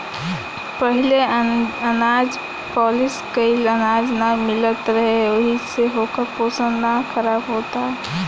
पहिले अनाज पॉलिश कइल अनाज ना मिलत रहे ओहि से ओकर पोषण ना खराब होत रहे